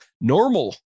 normal